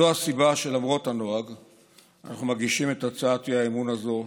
זו הסיבה שלמרות הנוהג אנחנו מגישים את הצעת האי-אמון הזאת,